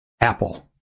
apple